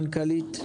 המנכ"לית,